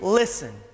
listen